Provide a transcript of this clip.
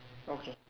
okay